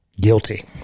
guilty